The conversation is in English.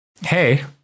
hey